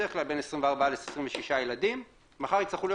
בדרך כלל בין 24 ל-26 ילדים - מחר הצטרכו להיות